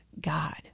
God